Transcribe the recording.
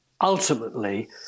ultimately